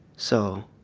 so,